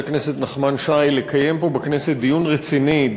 הכנסת נחמן שי לקיים פה בכנסת דיון רציני,